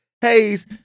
Hayes